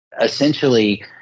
Essentially